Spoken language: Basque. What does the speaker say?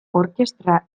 orkestra